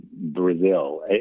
Brazil